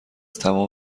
تمام